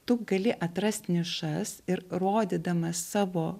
tu gali atrast nišas ir rodydamas savo